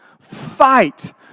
Fight